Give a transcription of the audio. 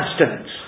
abstinence